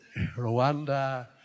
Rwanda